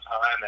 time